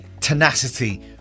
Tenacity